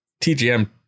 TGM